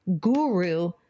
guru